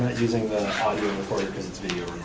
using the algorithm recorder because it's video